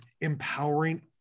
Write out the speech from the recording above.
empowering